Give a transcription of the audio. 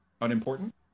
unimportant